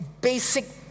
basic